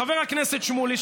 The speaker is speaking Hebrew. חבר הכנסת שמולי,